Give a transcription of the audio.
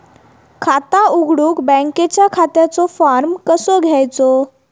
खाता उघडुक बँकेच्या खात्याचो फार्म कसो घ्यायचो?